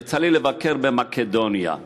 יצא לי לבקר במקדוניה.